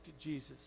Jesus